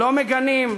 לא מגנים,